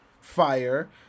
Fire